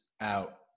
out